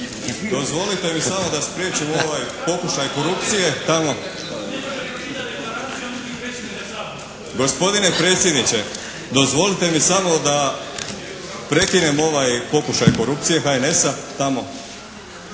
Dozvolite mi samo da spriječim ovaj pokušaj korupcije tamo. Gospodine predsjedniče, dozvolite mi samo da prekinem ovaj pokušaj korupcije HNS-a tamo